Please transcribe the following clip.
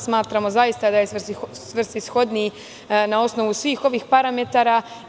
Smatramo zaista da je svrsishodniji na osnovu svih ovih parametara.